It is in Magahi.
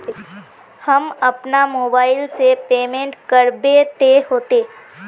हम अपना मोबाईल से पेमेंट करबे ते होते?